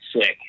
sick